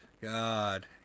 god